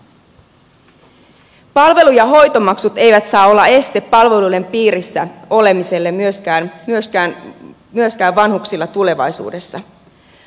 palvelu ja hoitomaksut eivät saa olla este palveluiden piirissä olemiselle vanhuksilla tulevaisuudessa